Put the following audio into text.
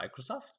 Microsoft